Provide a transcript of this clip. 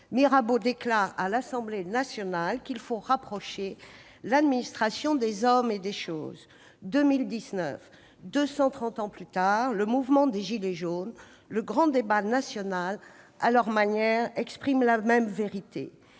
Mirabeau déclarait à l'Assemblée nationale qu'il fallait rapprocher l'administration des hommes et des choses ; en 2019, soit 230 ans plus tard, le mouvement des « gilets jaunes » et le grand débat national expriment, à leur manière, la même vérité.